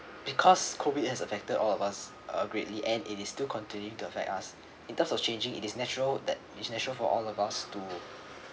because COVID has affected all of us uh greatly and it is to continue to affect us in terms of changing it is natural that it is natural for all of us to